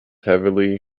heavily